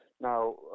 Now